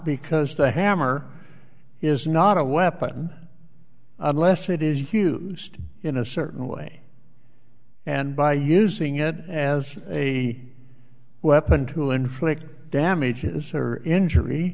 because the hammer is not a weapon blast it is huge in a certain way and by using it as a weapon to inflict damage is her injury